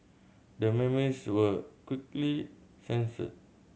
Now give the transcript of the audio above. the memes were quickly censored